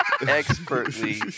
expertly